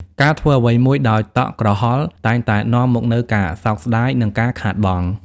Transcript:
ការធ្វើអ្វីមួយដោយតក់ក្រហល់ តែងតែនាំមកនូវការសោកស្ដាយ និងការខាតបង់។